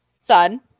son